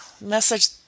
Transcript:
message